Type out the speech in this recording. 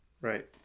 right